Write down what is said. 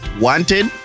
wanted